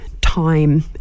time